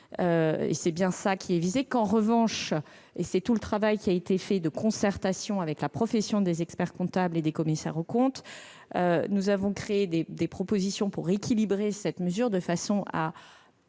C'est bien cela qui est visé. En revanche- et c'est tout le travail de concertation avec la profession des experts-comptables et des commissaires aux comptes -, nous avons formulé des propositions pour rééquilibrer cette mesure de façon à